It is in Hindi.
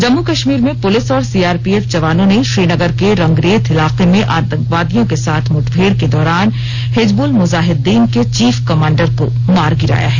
जम्मू कश्मीर में पुलिस और सीआरपीएफ जवानों ने श्रीनगर के रंगरेथ इलाके में आंतकवादियों के साथ मुठभेड़ के दौरान हिजबुल मुजाहिदिन के चीफ कमाण्डर को मार गिराया है